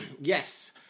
yes